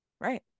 Right